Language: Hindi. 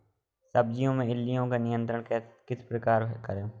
सब्जियों में इल्लियो का नियंत्रण किस प्रकार करें?